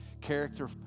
character